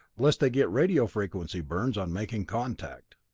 lest they get radio frequency burns on making contact.